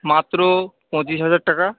মাত্র পঁচিশ হাজার টাকা